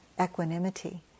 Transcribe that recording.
equanimity